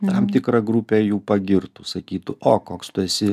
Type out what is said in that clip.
tam tikra grupė jų pagirtų sakytų o koks tu esi